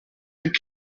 had